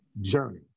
journey